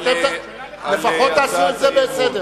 אז אתם לפחות תעשו את זה בסדר.